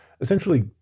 essentially